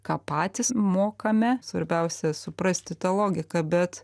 ką patys mokame svarbiausia suprasti tą logiką bet